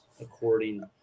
according